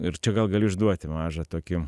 ir čia gal galiu išduoti mažą tokį